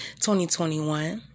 2021